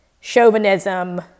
chauvinism